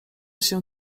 się